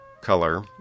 color